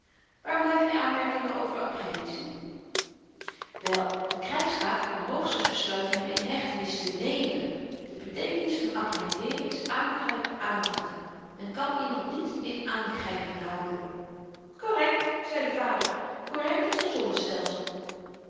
waar blyven je aanmerkingen over apprehensie wel de krygsraad kon hoogstens besluiten hem in hechtenis te nemen de beteekenis van apprehendere is aangrypen aanvatten men kan iemand niet in aangryping houden korrekt zei de vader korrekt als n zonnestelsel